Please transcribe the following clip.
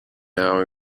now